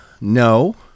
no